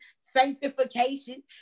sanctification